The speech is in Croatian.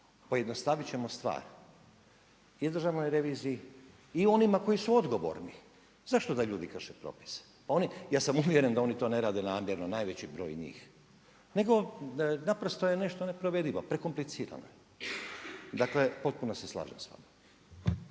Pojednostaviti ćemo stvar i Državnoj reviziji i onima koji su odgovorni. Zašto da ljudi krše propise. Ja sam uvjeren da oni to ne rade namjerno, najveći broj njih, nego naprosto je nešto neprovedivo, prekomplicirano. Dakle, potpuno se slažem s vama.